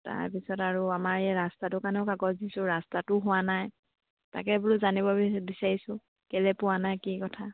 তাৰপিছত আৰু আমাৰ এই ৰাস্তাটোৰ কাৰণেও কাগজ দিছোঁ ৰাস্তাটো হোৱা নাই তাকে বোলো জানিব বিচাৰিছোঁ কেলে পোৱা নাই কি কথা